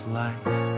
life